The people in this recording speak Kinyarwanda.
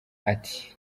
ati